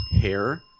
hair